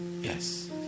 Yes